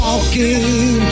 walking